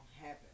happen